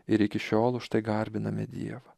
ir iki šiol užtai garbiname dievą